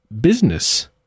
business